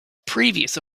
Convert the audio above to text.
previous